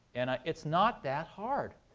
and it's not that hard.